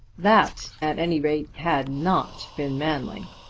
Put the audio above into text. that at any rate had not been manly.